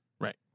Right